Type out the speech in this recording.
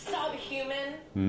Subhuman